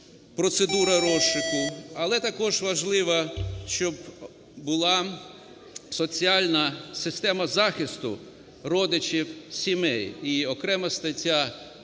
процедура розшуку. Але також важливо, щоб була соціальна система захисту родичів, сімей. І окрема стаття